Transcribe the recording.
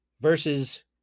versus